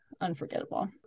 Unforgettable